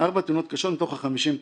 קשות מתוך ה-50 תאונות.